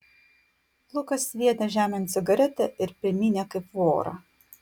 lukas sviedė žemėn cigaretę ir primynė kaip vorą